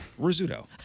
Rizzuto